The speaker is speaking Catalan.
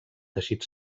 teixit